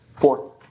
Four